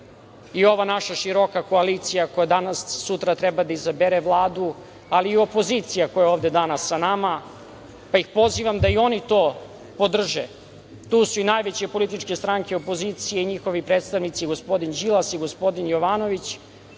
i ova naša široka koalicija koja danas, sutra, treba da izabere Vladu, ali i opozicija koja je ovde danas sa nama, pa ih pozivam da i oni to podrže. Tu su i najveće političke stranke opozicije i njihovi predstavnici i gospodin Đilas, i gospodin Jovanović,